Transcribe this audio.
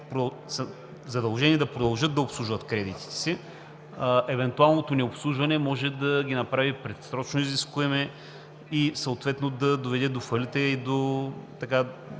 задължени да продължат да обслужват кредитите си – евентуалното необслужване може да ги направи предсрочно изискуеми и съответно да доведе до фалит, до